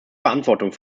verantwortung